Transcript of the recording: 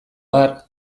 har